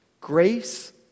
grace